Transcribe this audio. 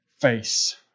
face